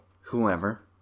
whoever